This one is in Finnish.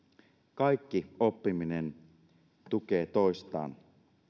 kaikki oppiminen tukee toistaan